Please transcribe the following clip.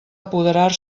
apoderar